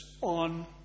on